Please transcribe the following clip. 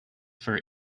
for